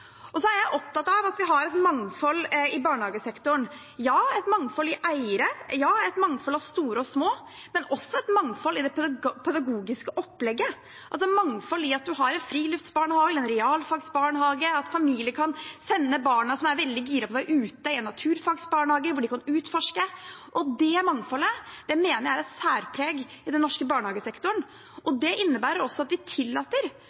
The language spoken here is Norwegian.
Så er jeg opptatt av at vi har et mangfold i barnehagesektoren, et mangfold i eiere, et mangfold av store og små, men også et mangfold i det pedagogiske opplegget – altså mangfold ved at man har en friluftsbarnehage eller en realfagsbarnehage, at familier kan sende barn som er veldig gira på å være ute, i en naturfagsbarnehage hvor de kan utforske. Det mangfoldet mener jeg er et særpreg ved den norske barnehagesektoren, og det innebærer også at vi tillater